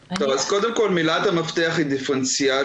טוב, אז קודם כל מילת המפתח היא דיפרנציאליות.